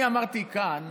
אני אמרתי כאן,